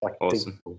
Awesome